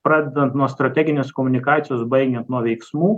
pradedant nuo strateginės komunikacijos baigiant nuo veiksmų